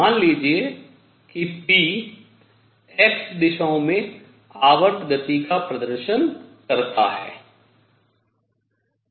मान लीजिए कि p x दिशाओं में आवर्त गति का प्रदर्शन करता है